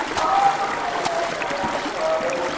oh, i broke freya, i'm sorry.